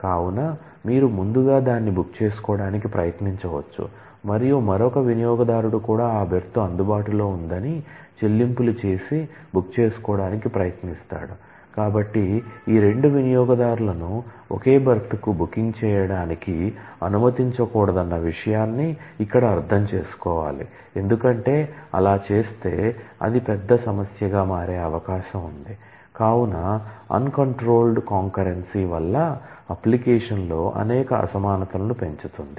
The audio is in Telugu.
కావున మీరు ముందుగా దాన్ని బుక్ చేసుకోవడానికి ప్రయత్నించవచ్చు మరియు మరొక వినియోగదారుడు కూడా ఆ బెర్త్ లో అనేక అసమానతలను పెంచుతుంది